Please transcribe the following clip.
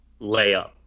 Layup